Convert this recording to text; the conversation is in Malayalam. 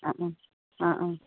ആ ആ ആ ആ